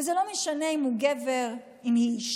וזה לא משנה אם הוא גבר, אם היא אישה